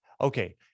okay